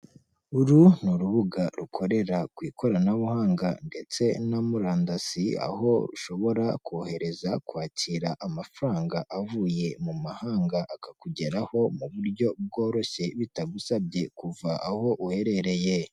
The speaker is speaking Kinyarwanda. Uru ni urubuga rukorera ku ikoranabuhanga ndetse na murandasi, aho rushobora kohereza, kwakira amafaranga avuye mu mahanga akakugeraho mu buryo bworoshye bitagusabye kuva aho uherereye.